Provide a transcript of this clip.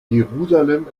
jerusalem